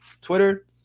Twitter